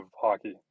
hockey